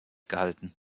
gehalten